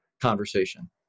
conversation